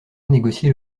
négocier